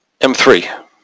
M3